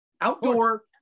outdoor